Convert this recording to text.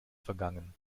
vergangen